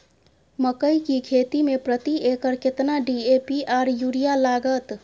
मकई की खेती में प्रति एकर केतना डी.ए.पी आर यूरिया लागत?